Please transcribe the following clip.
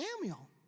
Samuel